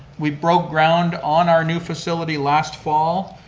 we broke ground on our new facility last fall,